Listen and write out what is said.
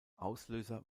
auslöser